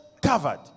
covered